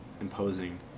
imposing